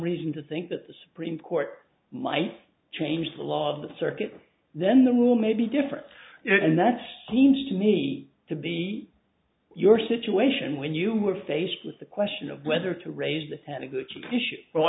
reason to think that the supreme court might change the law of the circuit then the rule may be different and that seems to me to be your situation when you were faced with the question of whether to raise the